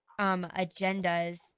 agendas